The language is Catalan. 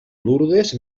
lourdes